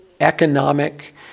economic